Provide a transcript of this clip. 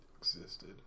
Existed